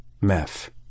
meth